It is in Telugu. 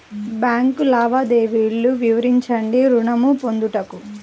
బ్యాంకు లావాదేవీలు వివరించండి ఋణము పొందుటకు?